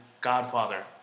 godfather